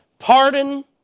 Pardon